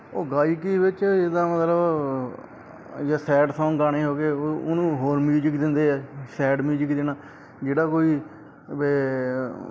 ਉਹ ਗਾਇਕੀ ਵਿੱਚ ਜਿੱਦਾਂ ਮਤਲਬ ਸੈਡ ਸੌਂਗ ਗਾਣੇ ਹੋ ਗਏ ਉਹ ਉਹਨੂੰ ਹੋਰ ਮਿਊਜਿਕ ਦਿੰਦੇ ਆ ਸੈਡ ਮਿਊਜਿਕ ਦੇਣਾ ਜਿਹੜਾ ਕੋਈ ਵੀ ਏ